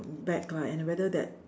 back lah and I rather that